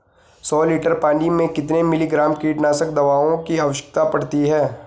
सौ लीटर पानी में कितने मिलीग्राम कीटनाशक दवाओं की आवश्यकता पड़ती है?